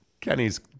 Kenny's